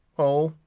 oh,